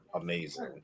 amazing